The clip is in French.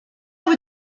vous